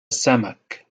السمك